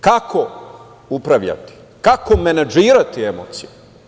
Kako upravljati, kako menadžirati emocije?